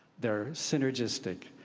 they're synergistic.